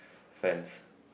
fans